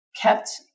kept